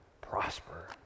prosper